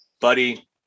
buddy